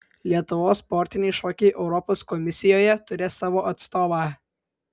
lietuvos sportiniai šokiai europos komisijoje turės savo atstovą